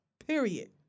Period